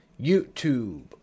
YouTube